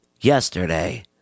yesterday